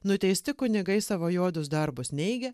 nuteisti kunigai savo juodus darbus neigia